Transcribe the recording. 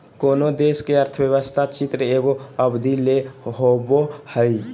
कोनो देश के अर्थव्यवस्था चित्र एगो अवधि ले होवो हइ